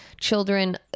children